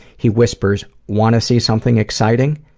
he whispers wanna see something excited.